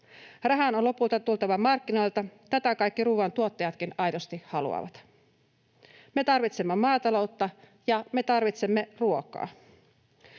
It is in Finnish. Rahan on lopulta tultava markkinoilta, tätä kaikki ruoantuottajatkin aidosti haluavat. Me tarvitsemme maataloutta, ja me tarvitsemme ruokaa.